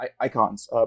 icons